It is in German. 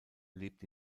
lebt